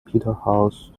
peterhouse